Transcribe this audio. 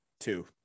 two